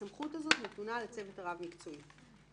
הסמכות הזו נתונה לצוות הרב מקצועי.